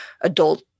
adult